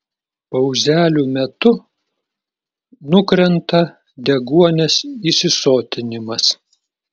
pauzelių metu nukrenta deguonies įsisotinimas